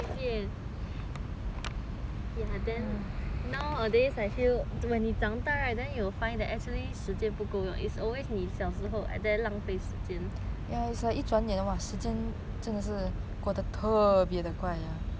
ya then nowadays I feel when 你长大 right then you will find that actually 时间不够用 it's always 你小时候 then 浪费时间 when 你在玩的时候 everything